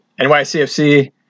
NYCFC